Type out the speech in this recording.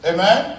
Amen